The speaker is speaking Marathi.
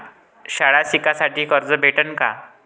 शाळा शिकासाठी कर्ज भेटन का?